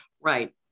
right